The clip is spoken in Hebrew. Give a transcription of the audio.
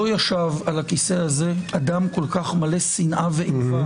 לא ישב על הכיסא הזה אדם מלא שנאה ואיבה